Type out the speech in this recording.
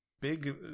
Big